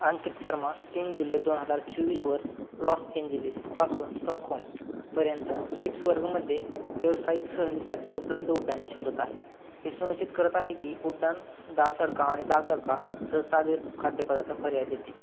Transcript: अंकित शर्मा तीन जुलै दोन हजार चोवीसवर लॉस एंजेलीसपासून स्टॉकहोमपर्यंत स्वीट्स वर्गमध्ये व्यावसायिक सहलीसाठी उपलब्ध उड्डाणे शोधत आहे हे सुनिश्चित करत आहे की उड्डाण दाल तडका आणि दाल तडका सह साग खाद्यपदार्थ पर्याय देते